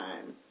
time